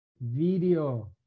video